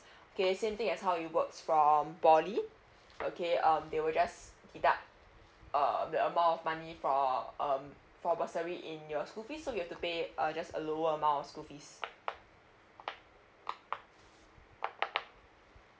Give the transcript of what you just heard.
okay same thing as how it works from poly okay um they will just deduct uh the amount of money for um for bursary in your school fee so you have to pay uh just a lower amount of school fees